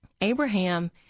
Abraham